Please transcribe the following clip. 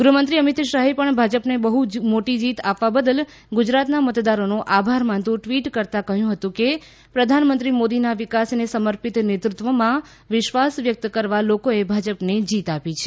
ગૃહમંત્રી અમિત શાહે પણ ભાજપને બહ્ મોટી જીત આપવા બદલ ગુજરાતના મતદારોનો આભાર માનતું ટ્વીટ કરતાં કહ્યું છે કે પ્રધાનમંત્રી મોદીના વિકાસને સમર્પિત નેતૃત્વમાં વિશ્વાસ વ્યક્ત કરવા લોકોએ ભાજપને જીત આપી છે